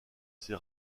ses